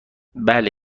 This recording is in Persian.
بله